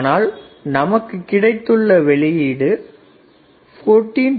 ஆனால் நமக்கு கிடைத்துள்ள வெளியீடு 14